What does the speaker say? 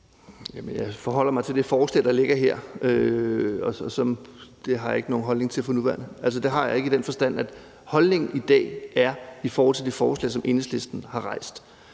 jeg forholder mig til det forslag, der ligger her, så det har jeg ikke nogen holdning til for nuværende. Altså, det har jeg ikke i den forstand, at jeg i dag forholder mig til det forslag, som Enhedslisten har rejst.